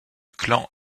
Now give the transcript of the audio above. clan